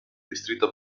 distrito